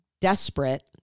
desperate